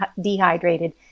dehydrated